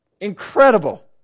Incredible